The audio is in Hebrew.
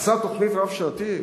עשה תוכנית רב-שנתית?